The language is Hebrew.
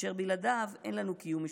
אשר בלעדיו אין לנו קיום משותף.